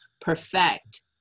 perfect